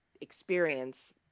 experience